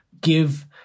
give